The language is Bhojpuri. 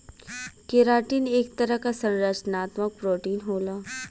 केराटिन एक तरह क संरचनात्मक प्रोटीन होला